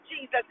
Jesus